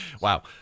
Wow